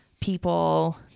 people